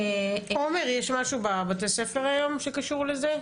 עומר, יש משהו בבתי ספר היום שקשור לזה?